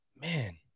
man